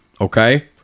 Okay